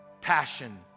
passion